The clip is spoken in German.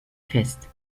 fest